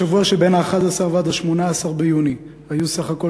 בשבוע שבין ה-11 ועד ה-18 ביוני היו סך הכול